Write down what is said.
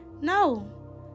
No